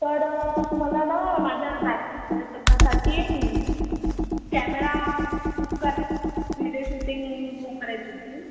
तर मला ना माझ्या दादाच्या लग्नासाठी कॅमेरा बुक करायचा होता व्हिडीओ शूटिंग बुक करायची होती